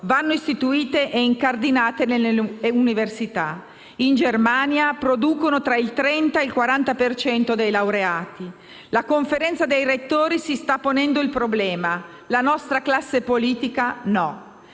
vanno istituite e incardinate nelle università. In Germania producono tra il 30 e il 40 per cento dei laureati. La conferenza dei rettori si sta ponendo il problema, la nostra classe politica no.